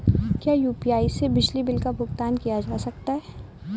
क्या यू.पी.आई से बिजली बिल का भुगतान किया जा सकता है?